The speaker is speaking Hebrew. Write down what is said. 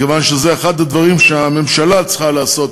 מכיוון שזה אחד הדברים שהממשלה צריכה לעשות,